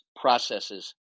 processes